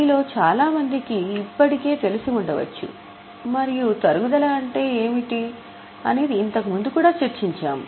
మీలో చాలామందికి ఇప్పటికే తెలిసి ఉండవచ్చు మరియు తరుగుదల అంటే ఏమిటో కూడా ఇంతకుముందే చర్చించాము